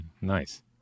Nice